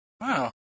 Wow